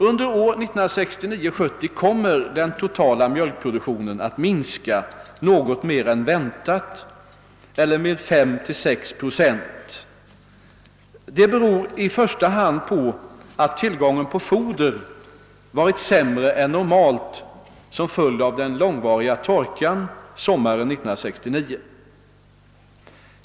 Under produktionsåret 1969/70 kommer den totala mjölkproduktionen att minska något mer än väntat eller med 5—6 procent. Detta beror i första hand på att tillgången på foder varit sämre än normalt som följd av den långvariga torkan sommaren 1969.